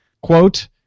quote